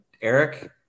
Eric